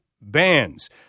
bands